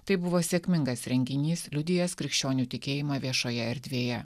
tai buvo sėkmingas renginys liudijęs krikščionių tikėjimą viešoje erdvėje